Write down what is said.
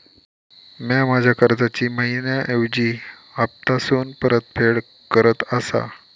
म्या माझ्या कर्जाची मैहिना ऐवजी हप्तासून परतफेड करत आसा